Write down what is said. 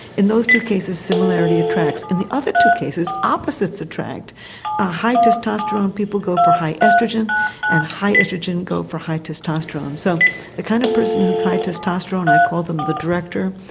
in those two cases similarity attracts. in the other two cases opposites attract ah high testosterone people go for high oestrogen and high oestrogen go for high testosterone. so the kind of person who is high testosterone i call them the director,